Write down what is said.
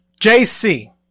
Jc